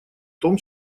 том